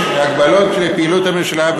יש הגבלות לפעילות הממשלה,